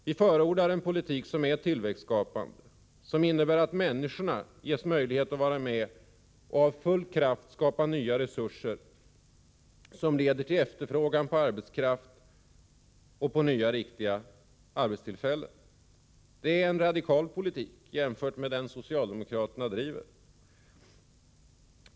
Vi förordar en politik som är tillväxtskapande, som innebär att människor ges möjlighet att vara med och med full kraft skapa nya resurser som leder till efterfrågan på arbetskraft och nya, riktiga arbetstillfällen. Det är en radikal politik jämfört med den som socialdemokraterna driver.